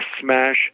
smash